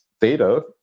data